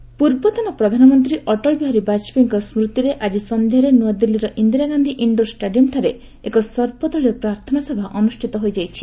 ବାଜପେୟୀ ପୂର୍ବତନ ପ୍ରଧାନମନ୍ତ୍ରୀ ଅଟଳ ବିହାରୀ ବାଜପ୍ରେୟୀଙ୍କ ସ୍କୃତିରେ ଆଜି ସନ୍ଧ୍ୟାରେ ନୃଆଦିଲ୍ଲୀର ଇନ୍ଦିରାଗାନ୍ଧୀ ଇଶ୍ଡୋର ଷ୍ଟାଡିୟମଠାରେ ଏକ ସର୍ବଦଳୀୟ ପ୍ରାର୍ଥନାସଭା ଅନୁଷ୍ଠିତ ହୋଇଯାଇଛି